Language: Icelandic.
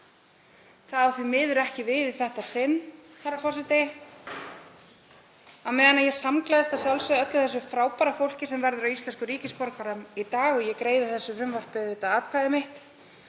Það á því miður ekki við í þetta sinn, herra forseti. Á meðan ég samgleðst að sjálfsögðu öllu því frábæra fólki sem verður að íslenskum ríkisborgurum í dag og ég greiði þessu frumvarpi atkvæði mitt